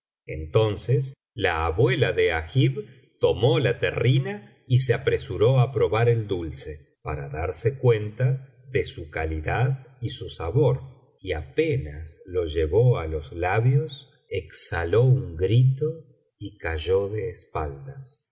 entonces la abuela de agib tomó la terrina y se apresuró á probar el dulce para darse cuenta de su calidad y su sabor y apenas lo llevó á los labios exhaló un grito y cayó de espaldas